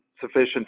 sufficient